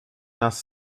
nas